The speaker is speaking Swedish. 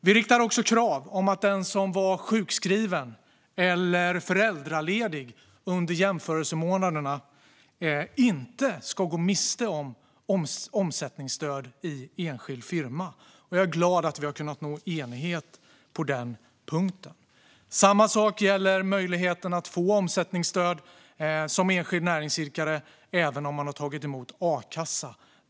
Vi riktar också ett krav om att den som var sjukskriven eller föräldraledig under jämförelsemånaderna inte ska gå miste om omsättningsstöd i enskild firma. Jag är glad att vi har kunnat nå enighet på denna punkt. Samma sak gäller möjligheten att få omsättningsstöd som enskild näringsidkare även om man har tagit emot a-kassa.